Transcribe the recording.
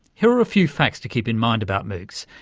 here are a few facts to keep in mind about moocs.